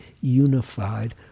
unified